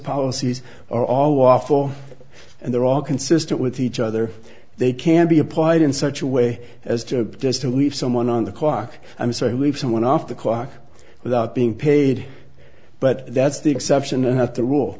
policies are all lawful and they're all consistent with each other they can be applied in such a way as to just leave someone on the clock i'm sorry we have someone off the clock without being paid but that's the exception and have to rule